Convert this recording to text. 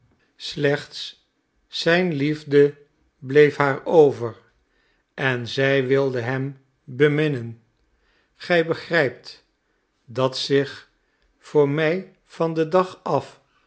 slechts zijn liefde bleef haar over en zij wilde hem beminnen gij begrijpt dat zich voor mij van den dag af